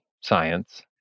science